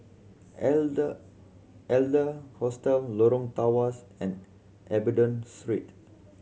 elder elder Hostel Lorong Tawas and Abingdon